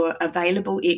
available